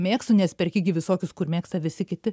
mėgstu nes perki gi visokius kur mėgsta visi kiti